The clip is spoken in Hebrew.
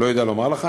לא יודע לומר לך.